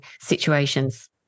situations